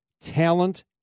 talent